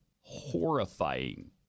horrifying